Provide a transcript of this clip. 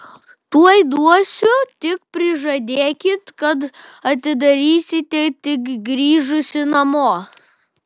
tuoj duosiu tik prižadėkit kad atidarysite tik grįžusi namo